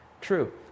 true